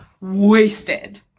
wasted